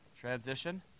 transition